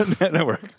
Network